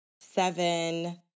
seven